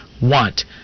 want